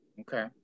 Okay